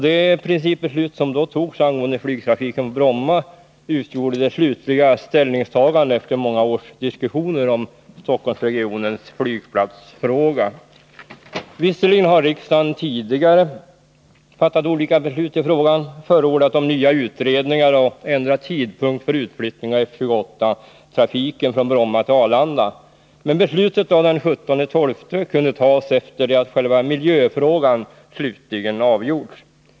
Det principbeslut som då togs angående flygtrafiken på Bromma utgjorde det slutliga ställningstagandet efter många års diskussioner om Stockholmsregionens flygplatsfråga.- Visserligen har riksdagen tidigare fattat olika beslut i frågan, förordnat om nya utredningar och ändrat tidpunkt för utflyttning av F-28-trafiken från Bromma till Arlanda, men beslutet den 17 december kunde tas efter det att själva miljöfrågan slutligen avgjorts.